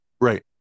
Right